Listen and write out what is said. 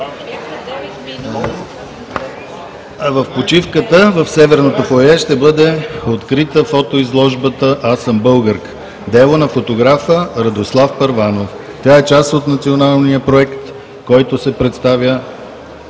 В почивката в северното фоайе ще бъде открита фотоизложбата „Аз съм българка“, дело на фотографа Радослав Първанов. Тя е част от Националния проект, в който се представя